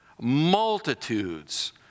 Multitudes